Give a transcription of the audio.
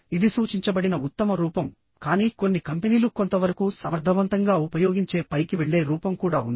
ఇది సూచించబడిన ఉత్తమ రూపంకానీ కొన్ని కంపెనీలు కొంతవరకు సమర్థవంతంగా ఉపయోగించే పైకి వెళ్లే రూపం కూడా ఉంది